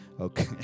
okay